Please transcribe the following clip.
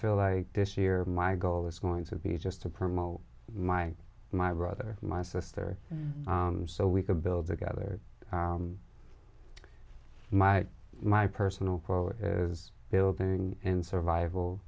feel like this year my goal is going to be just to promote my my brother my sister so we could build together my my personal pro is building and survival